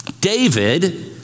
David